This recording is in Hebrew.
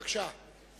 בבקשה.